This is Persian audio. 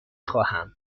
خواهم